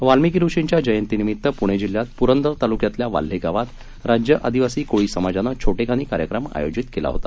वाल्मिकी ऋषींच्या जयंतीनिमित्त पुणे जिल्हयात पुरंदर तालुक्यातल्या वाल्हे गावात राज्य आदिवासी कोळी समाजानं छोटेखानी कार्यक्रम आयोजित केला होता